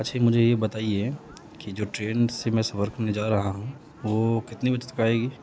اچھا مجھے یہ بتائیے کہ جو ٹرین سے میں سفر کرنے جا رہا ہوں وہ کتنے بجے تک آئے گی